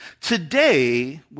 Today